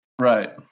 Right